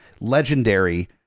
legendary